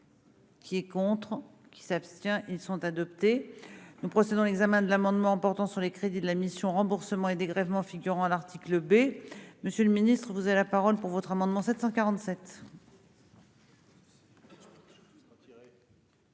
Qui est contre qui s'abstient ils sont adoptés, nous procédons l'examen de l'amendement portant sur les crédits de la mission remboursements et dégrèvements figurant à l'article bé, Monsieur le Ministre, vous avez la parole pour votre amendement 747.